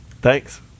Thanks